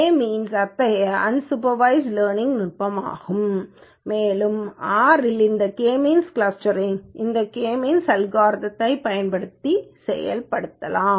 K means அத்தகைய unsupervised learning நுட்பமாகும் மேலும் R இல் இந்த கே மீன்ஸ் கிளஸ்டரிங் இந்த கே மீன்ஸ் அல்காரிதம்யைப் பயன்படுத்தி செயல்படுத்தப்படலாம்